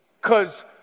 cause